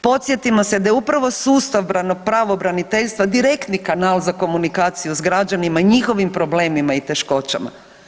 Podsjetimo se da je upravo sustav pravobraniteljstva direktni kanal za komunikaciju s građanima i njihovim problemima i teškoćama.